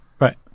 right